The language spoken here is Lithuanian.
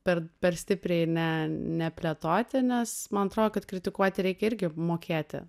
per per stipriai ne neplėtoti nes man atrodo kad kritikuoti reikia irgi mokėti